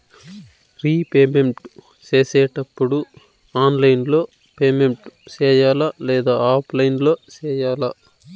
repayment సేసేటప్పుడు online లో payment సేయాలా లేదా ఆఫ్లైన్ లో సేయాలా